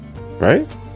right